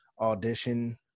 audition